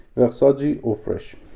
versace eau fraiche.